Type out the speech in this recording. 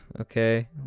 okay